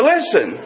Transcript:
Listen